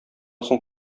соң